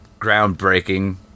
groundbreaking